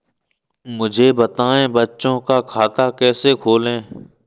मुझे बताएँ बच्चों का खाता कैसे खोलें?